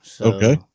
Okay